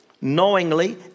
knowingly